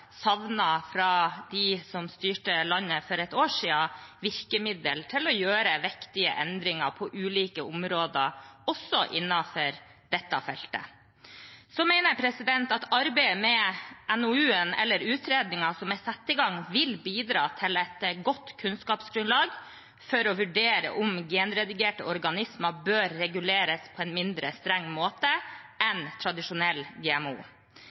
fra dem som styrte landet for et år siden – virkemidler til å gjøre viktige endringer på ulike områder også innenfor dette feltet. Så mener jeg at arbeidet med utredningen som er satt i gang, vil bidra til et godt kunnskapsgrunnlag for å vurdere om genredigerte organismer bør reguleres på en mindre streng måte enn tradisjonelle GMO.